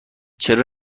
چرا